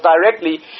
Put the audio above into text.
directly